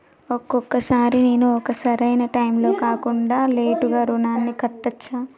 ఒక్కొక సారి నేను ఒక సరైనా టైంలో కాకుండా లేటుగా రుణాన్ని కట్టచ్చా?